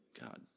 God